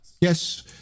Yes